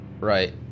Right